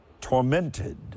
tormented